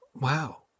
Wow